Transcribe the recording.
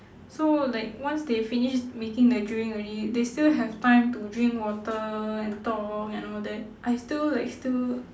so like once they finish making the drink already they still have time to drink water and talk and all that I still like still